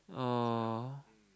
oh